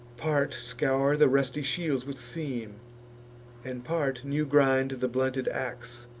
part scour the rusty shields with seam and part new grind the blunted ax,